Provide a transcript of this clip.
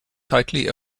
tightly